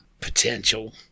potential